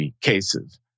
cases